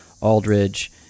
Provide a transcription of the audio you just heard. Aldridge